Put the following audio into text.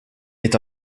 est